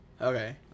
Okay